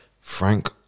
Frank